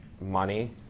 money